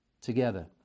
together